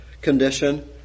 condition